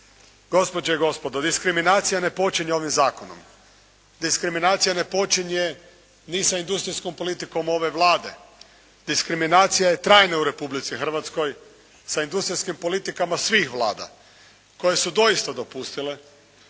Gospođe i gospodo, diskriminacija ne počinje ovim zakonom. Diskriminacija ne počinje ni sa industrijskom politikom ove Vlade. Diskriminacija je trajna u Republici Hrvatskoj sa industrijskim politikama svih Vlada koje su doista dopustile